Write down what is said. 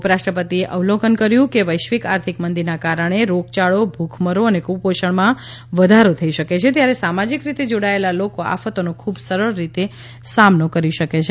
ઉપરાષ્ટ્રપતિએ અવલોકન કર્યું કે વૈશ્વિક આર્થિક મંદીના કારણે રોગયાળો ભૂખમરો અને કુપોષણમાં વધારો થઈ શકે છે ત્યારે સામાજિક રીતે જોડાયેલા લોકો આફતોનો ખૂબ સરળ રીતે સામનો કરી શકે છે